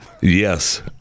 Yes